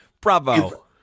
Bravo